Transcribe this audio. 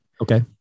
Okay